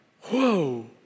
Whoa